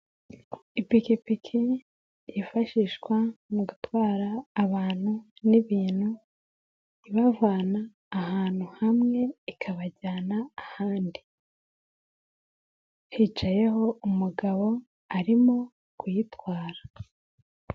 Ipikipiki yifashishwa mu gutwara abantu n'ibintu, ibavana ahantu hamwe ikabajyana ahandi, hicayeho umugabo arimo kuyitwara.